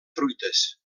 fruites